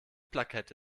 plakette